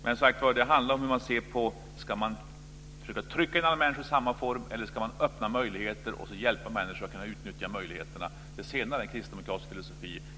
Det handlar som sagt om hur man ser på det hela, om man ska försöka trycka in alla människor i samma form eller öppna möjligheter och sedan hjälpa människorna att utnyttja de möjligheterna. Det senare är Kristdemokraternas filosofi.